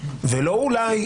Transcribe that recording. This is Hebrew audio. ולא "אולי",